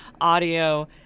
audio